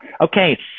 Okay